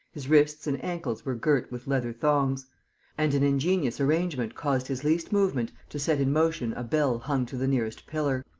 his wrists and ankles were girt with leather thongs and an ingenious arrangement caused his least movement to set in motion a bell hung to the nearest pillar.